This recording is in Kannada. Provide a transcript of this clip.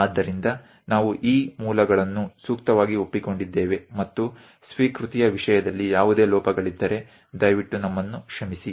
ಆದ್ದರಿಂದ ನಾವು ಈ ಮೂಲಗಳನ್ನು ಸೂಕ್ತವಾಗಿ ಒಪ್ಪಿಕೊಂಡಿದ್ದೇವೆ ಮತ್ತು ಸ್ವೀಕೃತಿಯ ವಿಷಯದಲ್ಲಿ ಯಾವುದೇ ಲೋಪಗಳಿದ್ದರೆ ದಯವಿಟ್ಟು ನಮ್ಮನ್ನು ಕ್ಷಮಿಸಿ